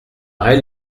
reine